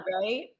right